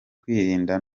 kwirinda